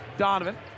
Donovan